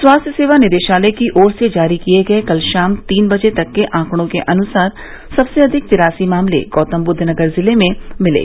स्वास्थ्य सेवा निदेशालय की ओर से जारी किए गए कल शाम तीन बजे तक के आंकड़ों के अनुसार सबसे अधिक तिरासी मामले गौतमबुद्ध नगर जिले में मिले